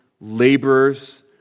laborers